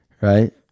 right